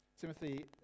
Timothy